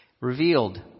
revealed